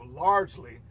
largely